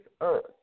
earth